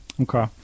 Okay